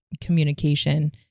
communication